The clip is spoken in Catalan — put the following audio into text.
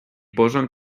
posen